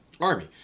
army